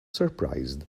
surprised